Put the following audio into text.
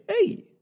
Hey